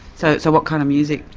so so what kind of music?